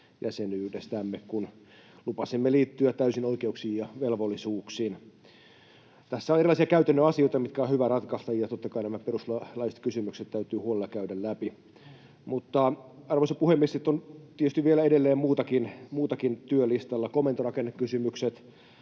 Nato-jäsenyydestämme, kun lupasimme liittyä täysin oikeuksin ja velvollisuuksin. Tässä on erilaisia käytännön asioita, mitkä on hyvä ratkaista, ja totta kai nämä perustuslailliset kysymykset täytyy huolella käydä läpi. Arvoisa puhemies! Sitten on tietysti vielä edelleen muutakin työlistalla, komentorakennekysymykset,